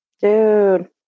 Dude